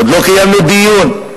עוד לא קיימנו דיון.